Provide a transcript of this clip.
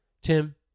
Tim